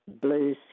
blue